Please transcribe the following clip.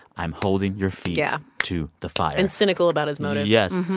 i'm holding your feet yeah to the fire and cynical about his motives yes.